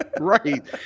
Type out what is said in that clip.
right